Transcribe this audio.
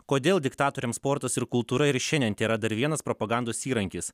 kodėl diktatoriams sportas ir kultūra ir šiandien tėra dar vienas propagandos įrankis